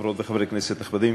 חברות וחברי כנסת נכבדים,